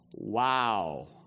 Wow